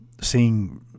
Seeing